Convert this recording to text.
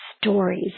stories